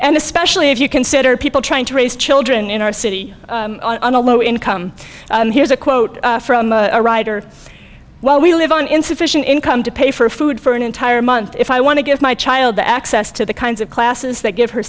and especially if you consider people trying to raise children in our city on a low income here's a quote from a writer well we live on insufficient income to pay for food for an entire month if i want to give my child the access to the kinds of classes that give her